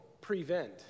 prevent